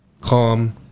calm